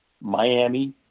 Miami